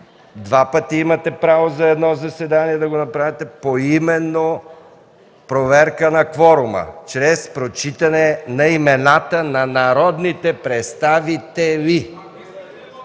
два пъти имате право за едно заседание да направите поименна проверка на кворума чрез прочитане на имената на народните представители.